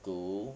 to